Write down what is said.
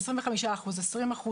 25%-20%,